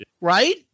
right